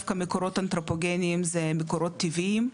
דווקא מקורות אנתרופוגניים זה מקורות טבעיים,